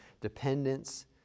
dependence